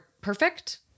perfect